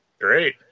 Great